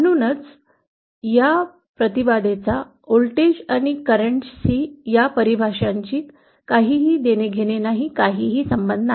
म्हणून यास प्रतिबाधा व्होल्टेज आणि प्रवाहांशी या परिभाषाचा काही देणे घेणे नाही काहीही संबंध नाही